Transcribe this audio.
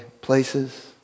places